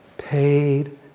Paid